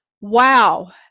Wow